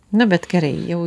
na bet gerai jau